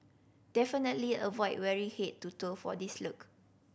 definitely avoid wearing head to toe for this look